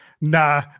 nah